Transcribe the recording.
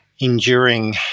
enduring